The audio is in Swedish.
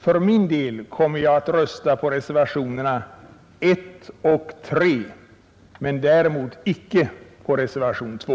För min del kommer jag att rösta på reservationerna 1 och 3, däremot icke på reservationen 2.